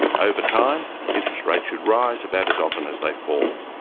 over time, interest rates should rise about as often as they fall.